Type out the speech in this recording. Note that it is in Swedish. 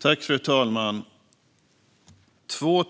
Fru talman! 2